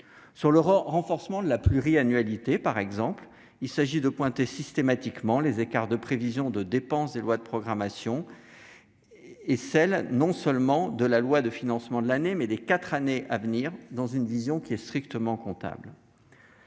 Sur le renforcement de la pluriannualité, par exemple, il s'agit de pointer systématiquement les écarts entre les prévisions de dépenses des lois de programmation et celles non seulement de la loi de financement de l'année, mais aussi des quatre années à venir, dans une vision strictement comptable.